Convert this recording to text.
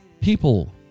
People